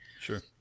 Sure